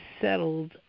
settled